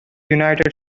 united